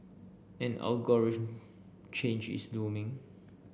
an algorithm change is looming